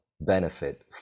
benefit